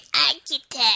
architect